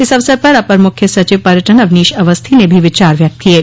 इस अवसर पर अपर मुख्य सचिव पर्यटन अवनीश अवस्थी ने भी विचार व्यक्त किये